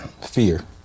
fear